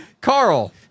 Carl